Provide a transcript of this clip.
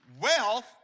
Wealth